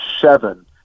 seven